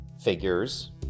figures